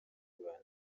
rwanda